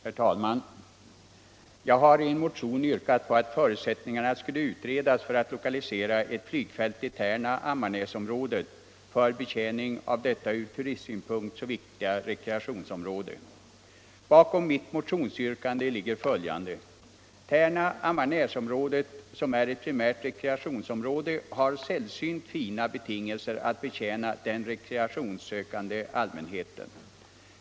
Herr talman! Jag har i en motion yrkat på utredning av förutsättningarna för att lokalisera ett ANygfält i Tärna-Ammarnäsområdet för betjäning av detta från turistsynpunkt så viktiga rekreationsområde. Bakom mitt motionsyrkande ligger följande överväganden. Tärna-Ammarnäsområdet, som är ett primärt rekreationsområde, har sällsynt fina betingelser att betjäna den rekreationssökande allmänheten.